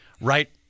right